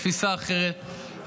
תפיסה אחרת,